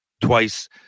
Twice